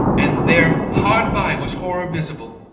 and there hard by was horror visible.